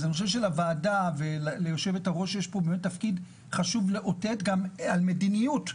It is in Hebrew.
לוועדה וליושבת-הראש יש שתפקיד חשוב לאותת על מדיניות.